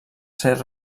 ser